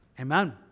Amen